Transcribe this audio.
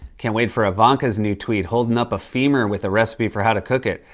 can't wait for ivanka's new tweet, holdin' up a femur with a recipe for how to cook it.